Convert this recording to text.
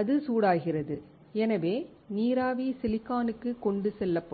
அது சூடாகிறது எனவே நீராவி சிலிக்கானுக்கு கொண்டு செல்லப்படும்